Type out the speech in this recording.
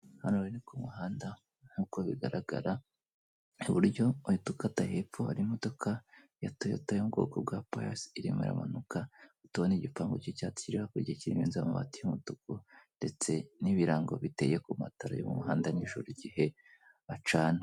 Hano ni kumuhanda nkuko bigaragara ku buryo ahita ukata hepfo hari imodoka ya toyota yeo mu bwoko bwa piyasi irimo aramanuka urabona n'igipangu cy'icyatsi kiri hakurya n'amabati y'umutuku ndetse n'ibirango biteye ku matara y'umuhanda nijoro igihe bacana.